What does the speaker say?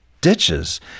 ditches